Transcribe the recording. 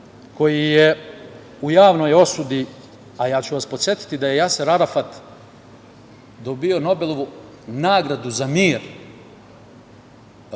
koji je u javnoj osudi, a podsetiću vas da je Jaser Arafat dobio Nobelovu nagradu za mir